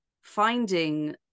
finding